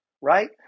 right